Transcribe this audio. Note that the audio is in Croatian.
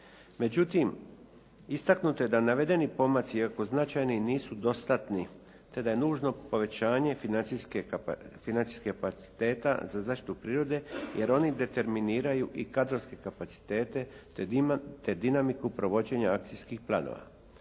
Međutim, istaknuto je da navedeni pomaci, iako značajni, nisu dostatni, te da je nužno povećanje financijskih kapaciteta za zaštitu prirode, jer oni determiniraju i kadrovske kapacitete, te dinamiku provođenja akcijskih planova.